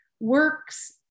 works